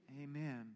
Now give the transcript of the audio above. Amen